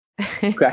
Okay